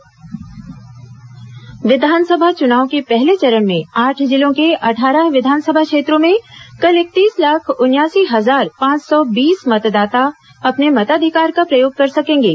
विधानसभा निर्वाचन मतदाता विधानसभा चुनाव के पहले चरण में आठ जिलों के अट्ठारह विधानसभा क्षेत्रों में कल इकतीस लाख उनयासी हजार पांच सौ बीस मतदाता अपने मताधिकार का प्रयोग कर सकेंगे